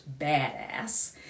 badass